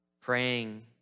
praying